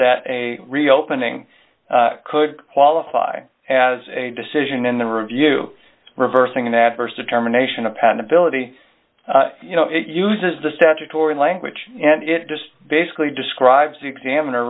that a reopening could qualify as a decision in the review reversing an adverse determination of patentability you know it uses the statutory language and it just basically describes the examiner